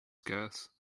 scarce